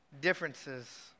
differences